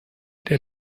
der